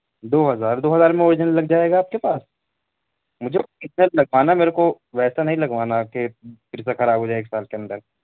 دو ہزار دو ہزار میں اوریجنل لگ جائے گا آپ کے پاس مجھے اوریجنل لگوانا ہے میرے کو ویسا نہیں لگوانا ہے کہ پھر سے خراب ہو جائے ایک سال کے اندر